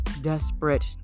desperate